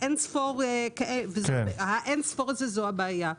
אין ספור כאשר ה-אין ספור הזה זאת הבעיה.